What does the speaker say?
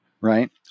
Right